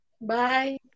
Bye